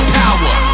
power